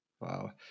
Wow